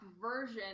version